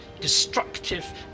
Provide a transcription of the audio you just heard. destructive